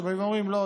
שבאים ואומרים: לא,